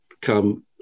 come